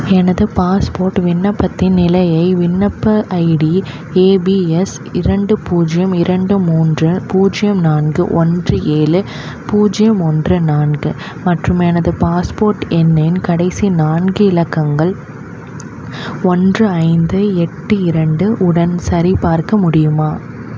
எனது பாஸ்போர்ட் விண்ணப்பத்தின் நிலையை விண்ணப்ப ஐடி ஏ பி எஸ் இரண்டு பூஜ்ஜியம் இரண்டு மூன்று பூஜ்ஜியம் நான்கு ஒன்று ஏழு பூஜ்ஜியம் ஒன்று நான்கு மற்றும் எனது பாஸ்போர்ட் எண்ணின் கடைசி நான்கு இலக்கங்கள் ஒன்று ஐந்து எட்டு இரண்டு உடன் சரிபார்க்க முடியுமா